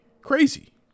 Crazy